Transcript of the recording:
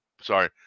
sorry